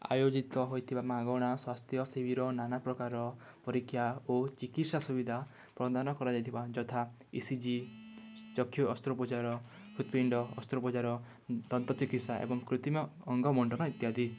ଆୟୋଜିତ ହୋଇଥିବା ମାଗଣା ସ୍ୱାସ୍ଥ୍ୟ ଶିବିର ନାନା ପ୍ରକାର ପରୀକ୍ଷା ଓ ଚିକିତ୍ସା ସୁବିଧା ପ୍ରଦାନ କରାଯାଇଥିବା ଯଥା ଇ ସି ଜି ଚକ୍ଷୁ ଅସ୍ତ୍ରୋପଚାର ହୃତ୍ପିଣ୍ଡ ଅସ୍ତ୍ରୋପଚାର ଦନ୍ତ ଚିକିତ୍ସା ଏବଂ କୃତ୍ରିମ ଅଙ୍ଗ ବଣ୍ଟନ ଇତ୍ୟାଦି